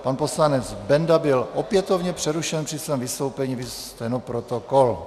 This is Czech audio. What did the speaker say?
Pan poslanec Benda byl opětovně přerušen při svém vystoupení, viz stenoprotokol.